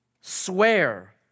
Swear